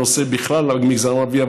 בכלל בנושא המגזר הערבי,